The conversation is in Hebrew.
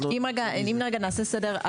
אם רגע נעשה סדר,